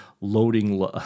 loading